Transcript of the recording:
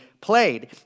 played